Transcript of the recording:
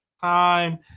time